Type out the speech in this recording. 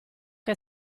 che